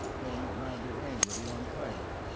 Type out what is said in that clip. then rounded angrily on kyla.